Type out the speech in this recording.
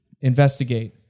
investigate